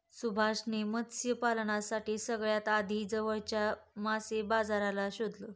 सुभाष ने मत्स्य पालनासाठी सगळ्यात आधी जवळच्या मासे बाजाराला शोधलं